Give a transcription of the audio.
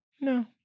No